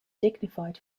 dignified